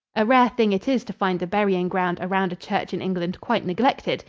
a rare thing it is to find the burying-ground around a church in england quite neglected,